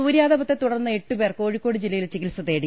സൂര്യാതപത്തെത്തുടർന്ന് എട്ടുപേർ കോഴിക്കോട് ജില്ലയിൽ ചികിത്സ തേടി